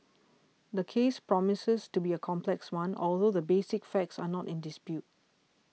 the case promises to be a complex one although the basic facts are not in dispute